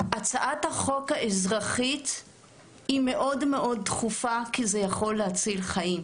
שהצעת החוק האזרחי היא מאוד דחופה כי זה יכול להציל חיים,